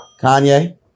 Kanye